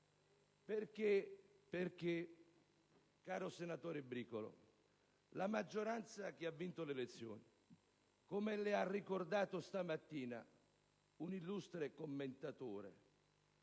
Perché, caro senatore Bricolo, la maggioranza che ha vinto le elezioni - come le ha ricordato stamattina un illustre commentatore